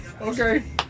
Okay